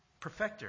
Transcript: Perfector